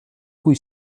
cui